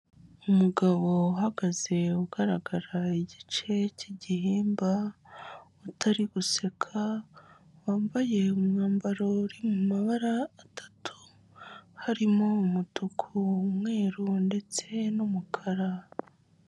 Umugabo uhagaze ugaragara igice cy'igihimba utari guseka, wambaye umwambaro uri mu mabara atatu harimo: umutuku, umweru ndetse n'umukara.